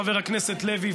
חבר הכנסת לוי,